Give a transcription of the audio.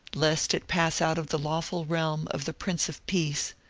lest it pass out of the lawful realm of the prince of peace,